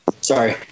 Sorry